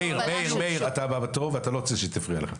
מאיר, אתה הבא בתור ואתה לא רוצה שהיא תפריע לך.